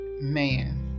man